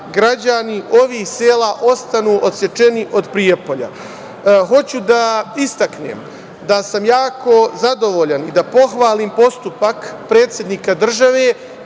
građani ovih sela ostanu odsečeni od Prijepolja. Hoću da istaknem da sam jako zadovoljan i da pohvalim postupak predsednika države,